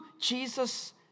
Jesus